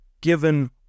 given